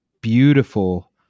beautiful